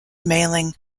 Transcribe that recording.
mailing